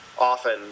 often